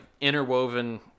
interwoven